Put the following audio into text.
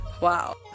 wow